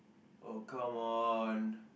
oh come on